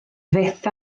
fyth